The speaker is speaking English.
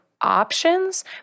options